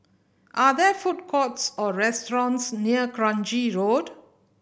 are there food courts or restaurants near Kranji Road